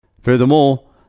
Furthermore